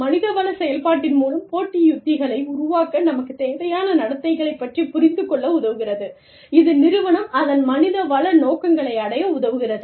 மனிதவள செயல்பாட்டின் மூலம் போட்டி உத்திகளை உருவாக்க நமக்கு தேவையான நடத்தைகளைப் பற்றிப் புரிந்துகொள்ள உதவுகிறது இது நிறுவனம் அதன் மனிதவள நோக்கங்களை அடைய உதவுகிறது